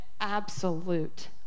absolute